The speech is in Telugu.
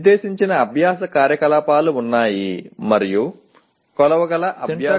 నిర్దేశించని అభ్యాస కార్యకలాపాలు ఉన్నాయి మరియు కొలవగల అభ్యాస ఉత్పత్తి కాదు